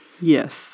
Yes